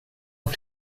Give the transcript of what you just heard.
auf